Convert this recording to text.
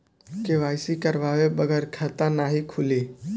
KYC करवाये बगैर खाता नाही खुली?